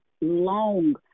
long